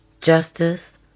justice